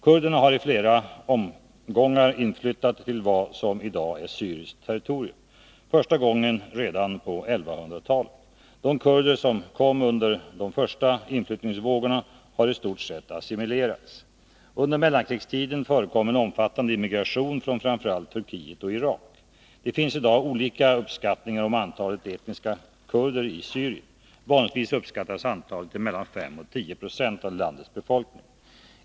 Kurderna har i flera omgångar inflyttat till vad som i dag är syriskt territorium, första gången redan på 1100-talet. De kurder som kom under de första inflyttningsvågorna har i stort sett assimilerats. Under mellankrigstiden förekom en omfattande immigration från framför allt Turkiet och Irak. Det finns i dag olika uppskattningar om antalet etniska kurder i Syrien. Vanligtvis uppskattas antalet till mellan 5 och 10 26 av landets befolkning.